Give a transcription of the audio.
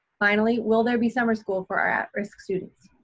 finally, will there be summer school for our at risk students?